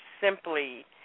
simply